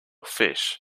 fish